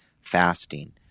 fasting